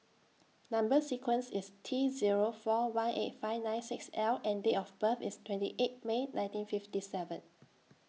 Number sequence IS T Zero four one eight five nine six L and Date of birth IS twenty eight May nineteen fifty seven